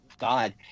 God